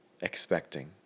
expecting